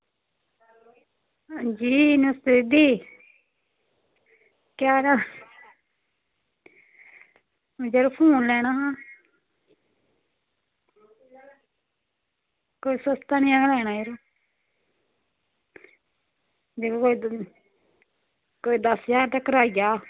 हां जी नमस्ते दीदी केह् हाल ऐ यरो फोन लैना हां कोई सस्ता नेहा गै लैना यरो जेह्ड़ा कोई कोई दस ज्हार तगर आई जा